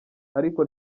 ariko